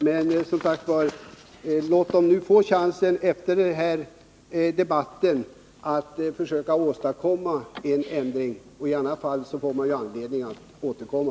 Men, som sagt, låt de berörda verken få chansen att nu efter den här debatten försöka åstadkomma en ändring. Om inget händer, får vi anledning att återkomma.